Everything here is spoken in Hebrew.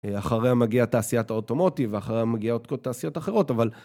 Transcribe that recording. אחריה מגיע תעשיית האוטומוטיב ואחריה מגיעות כל תעשיות אחרות, אבל...